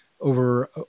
over